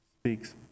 speaks